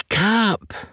up